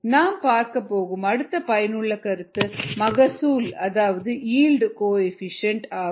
நாம் பார்க்கப் போகும் அடுத்த பயனுள்ள கருத்து மகசூல் அதாவது ஈல்டு கோஎஃபீஷியேன்ட் ஆகும்